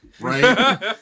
Right